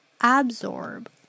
absorb